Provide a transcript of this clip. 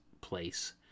place